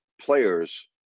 players